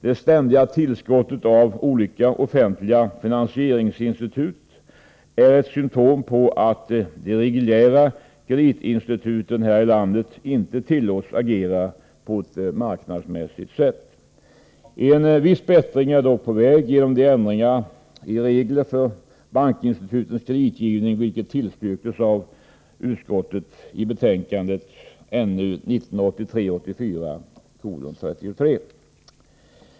Det ständiga tillskottet av olika offentliga finansieringsinstitut är ett symtom på att de reguljära kreditinstituten här i landet inte tillåts agera på marknadsmässigt sätt. En viss bättring är dock på väg genom de ändrade reglerna för bankinstitutens kreditgivning, vilket tillstyrks av näringsutskottet i betänkandet 1983/84:33.